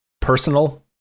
personal